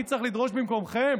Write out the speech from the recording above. אני צריך לדרוש במקומכם?